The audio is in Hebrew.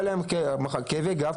היו להם כאבי גב,